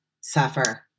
suffer